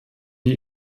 die